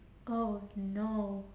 oh no